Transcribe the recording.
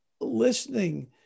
listening